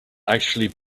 actually